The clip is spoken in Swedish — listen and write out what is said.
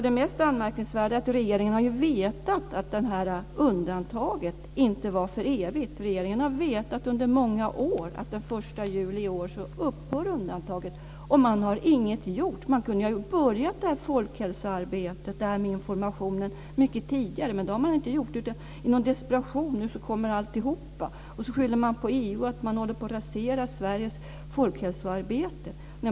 Det mest anmärkningsvärda är kanske att regeringen har vetat att undantaget inte var för evigt. Under många år har regeringen vetat att den 1 juli i år upphör undantaget, och man har inte gjort något. Man kunde ju ha börjat det här folkhälsoarbetet och den här informationen mycket tidigare, men det har man inte gjort. I någon slags desperation nu kommer alltihop, och så skyller man på att EU håller på att rasera Sveriges folkhälsoarbete.